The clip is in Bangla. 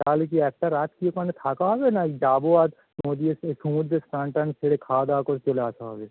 তাহলে কি একটা রাত কি ওখানে থাকা হবে না যাবো আর সমুদ্রে এ সমুদ্রে স্নান টান সেরে খাওয়া দাওয়া করে চলে আসা হবে